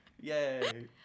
yay